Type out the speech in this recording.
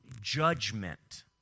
judgment